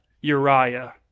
Uriah